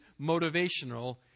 motivational